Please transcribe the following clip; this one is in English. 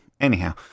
Anyhow